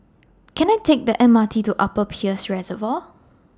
Can I Take The M R T to Upper Peirce Reservoir